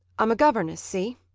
i'm a governess, see?